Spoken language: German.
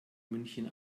münchen